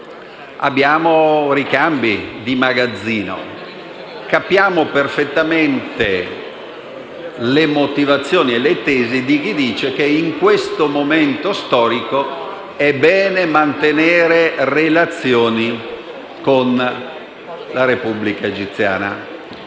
abbiamo ricambi di magazzino. Capiamo perfettamente le motivazioni di chi dice che in questo momento storico è bene mantenere relazioni con la Repubblica Egiziana.